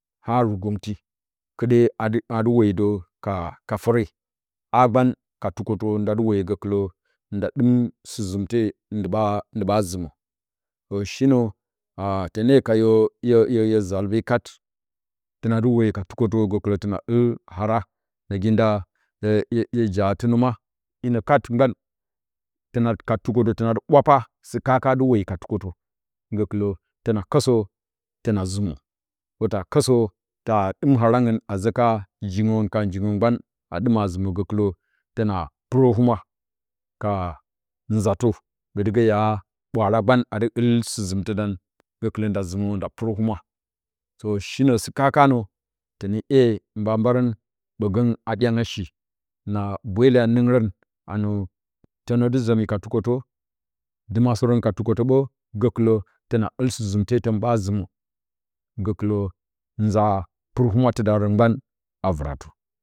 Ha rugonti kɨde adɨ adɨ wonə də kaka fore a gban ka tukətə ndadɨ woyə gəkɨlə nda dɨm sɨzimte ndɨ ɓa ndi ɓa zimə to shinə a tone kaməyə zalbekat tona dɨ woyə ka tukətə golə tona ul hara nagi nda hye hye jaratɨ nə ma inə kat gban tona ka tukətə tona dɨ ɓwapa sɨ kaka dɨ woyi ka tukətə gə kɨlə tona kɨsə tona zimə gə ta kɨsə ta dɨm haraunsu a zoka jirən kau jirən gban a dɨma zimə gəkɨlə təna purəhumwa ka uzatə ɓodigə ya ɓwaara aban a dɨ ul sɨzimtɨdan gəkɨlə nda zimə nda purəhumura toh shinə sɨ kaka nə donə iye hin ba mba rən ɓogən a dyangua shi na boyile a nongrən anə tonə dɨ zomi ka tukətə dimasərən va jukətə ɓə gəkɨlə təna ul sɨzimte tən ɓa zimə nza pɨr humwatɨdarən gban a vratə.